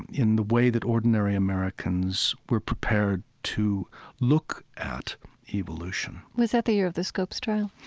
in the way that ordinary americans were prepared to look at evolution was that the year of the scopes trial,